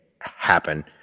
happen